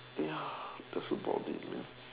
ya that's about it man